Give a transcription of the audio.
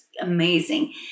amazing